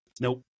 Nope